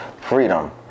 freedom